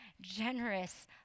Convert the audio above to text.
generous